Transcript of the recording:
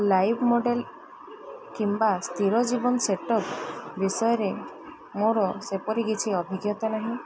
live model କିମ୍ବା ସ୍ଥିର ଜୀବନ ସେଟ୍ ଅପ୍ ବିଷୟରେ ମୋର ସେପରି କିଛି ଅଭିଜ୍ଞତା ନାହିଁ